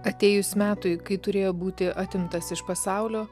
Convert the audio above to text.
atėjus metui kai turėjo būti atimtas iš pasaulio